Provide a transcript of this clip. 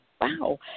wow